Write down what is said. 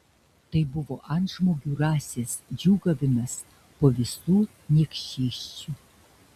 tai buvo antžmogių rasės džiūgavimas po visų niekšysčių